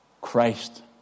Christ